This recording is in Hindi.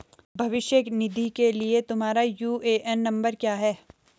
भविष्य निधि के लिए तुम्हारा यू.ए.एन नंबर क्या है?